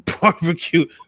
Barbecue